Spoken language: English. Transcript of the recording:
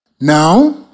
Now